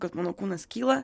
kad mano kūnas kyla